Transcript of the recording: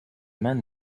men